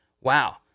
wow